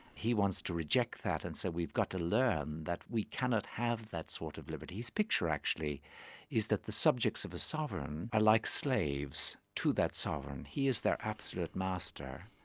he wants to reject that and say we've got to learn that we cannot have that sort of liberty. his picture actually is that the subjects of the sovereign are like slaves to that sovereign he is their absolute master.